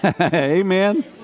Amen